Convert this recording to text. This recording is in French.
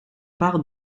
part